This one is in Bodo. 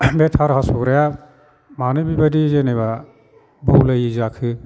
बे थार हास'ग्राया मानो बेबायदि जेनेबा बौलायै जाखो